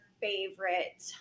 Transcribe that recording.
favorite